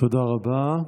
תודה רבה.